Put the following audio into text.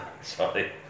Sorry